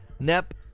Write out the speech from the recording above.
nep